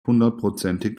hundertprozentig